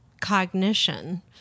cognition